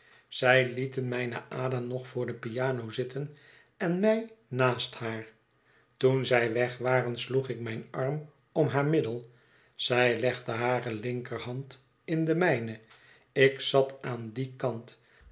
zij lieten mijne ada nog voor de piano zitten en mij naast haar toen zij weg waren sloeg ik mijn arm om haar middel zij légde hare linkerhand in de mijne ik zat aan dien kant